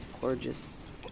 Gorgeous